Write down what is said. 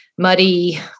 Muddy